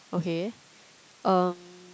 okay um